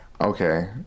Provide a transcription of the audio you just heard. Okay